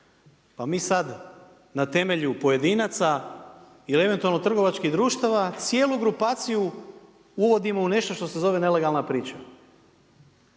Pa mi sad na temelju pojedinaca ili eventualno trgovačkih društava cijelu grupaciju uvodimo u nešto što se zove nelegalna priča.